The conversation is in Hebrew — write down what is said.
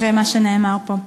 אחרי מה שנאמר פה.